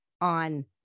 on